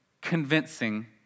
convincing